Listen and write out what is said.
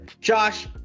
Josh